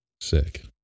Sick